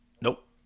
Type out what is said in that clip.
Nope